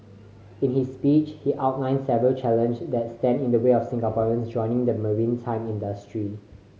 in his speech he outlined several challenge that stand in the way of Singaporeans joining the maritime industry